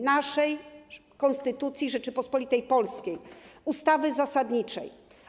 Naszej Konstytucji Rzeczypospolitej Polskiej, ustawy zasadniczej.